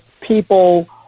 people